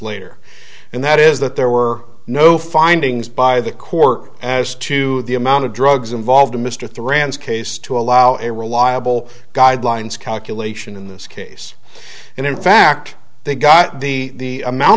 later and that is that there were no findings by the court as to the amount of drugs involved in mr through rand's case to allow a reliable guidelines calculation in this case and in fact they got the amount